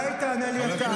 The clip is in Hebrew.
אולי תענה לי אתה,